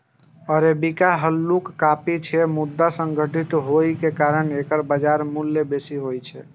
arabica हल्लुक coffee छियै, मुदा सुगंधित होइ के कारण एकर बाजार मूल्य बेसी होइ छै